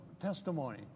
testimony